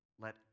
Let